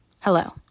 hello